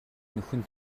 нөхөн